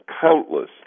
countless